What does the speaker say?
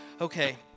okay